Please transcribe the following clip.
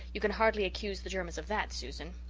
you can hardly accuse the germans of that, susan.